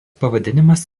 pavadinimas